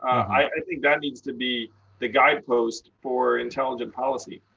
i think that needs to be the guidepost for intelligent policy.